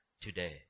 today